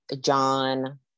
John